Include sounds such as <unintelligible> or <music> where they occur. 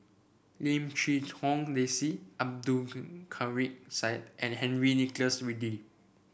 Lim Quee Hong Daisy Abdul <unintelligible> Kadir Syed and Henry Nicholas Ridley